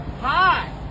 Hi